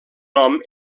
nom